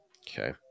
Okay